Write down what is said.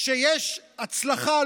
כשיש הצלחה,